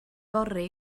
fory